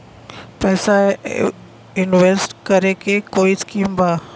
पैसा इंवेस्ट करे के कोई स्कीम बा?